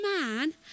man